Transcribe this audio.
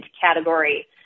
category